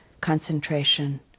concentration